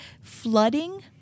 flooding